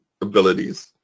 abilities